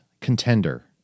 contender